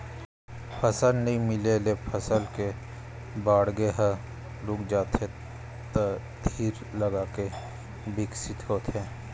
भोजन नइ मिले ले फसल के बाड़गे ह रूक जाथे त धीर लगाके बिकसित होथे